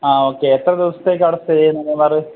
ആ ഓക്കെ എത്ര ദിവസത്തേക്കാണ് അവിടെ സ്റ്റേ ചേയ്യുന്നത് മൂന്നാറ്